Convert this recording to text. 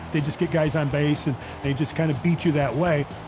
they just get guys on base, and they just kind of beat you that way.